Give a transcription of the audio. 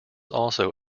also